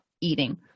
eating